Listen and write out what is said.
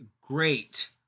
great